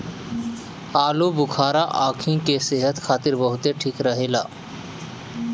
आलूबुखारा आंखी के सेहत खातिर बहुते ठीक रहेला